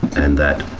and that